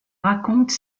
raconte